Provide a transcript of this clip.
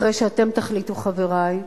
אחרי שאתם תחליטו, חברי,